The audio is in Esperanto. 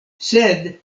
sed